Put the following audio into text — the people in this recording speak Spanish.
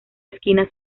esquina